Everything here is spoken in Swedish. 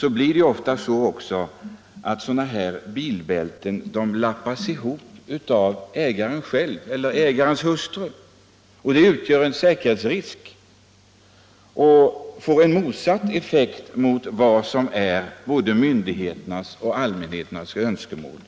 Det blir ofta så att sådana här bilbälten lappas ihop av ägaren själv eller ägarens hustru. Detta utgör en säkerhetsrisk och får en motsatt effekt mot vad som är både myndigheternas och allmänhetens önskemål.